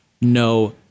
no